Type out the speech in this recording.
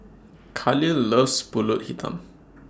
Kahlil loves Pulut Hitam